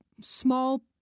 small